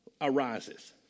arises